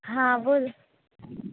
हां बोल